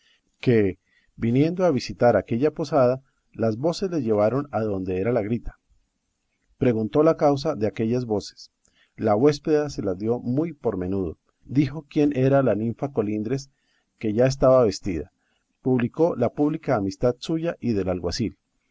que viniendo a visitar aquella posada las voces le llevaron adonde era la grita preguntó la causa de aquellas voces la huéspeda se la dio muy por menudo dijo quién era la ninfa colindres que ya estaba vestida publicó la pública amistad suya y del alguacil